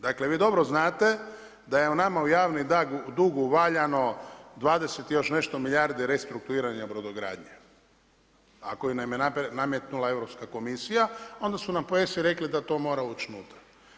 Dakle vi dobro znate da je nama u javnom dugu … 20 i još nešto milijardi restrukturiranja brodogradnje a koju nam je nametnula Europska komisija, onda su nam po ESA-i rekli da to mora ući unutra.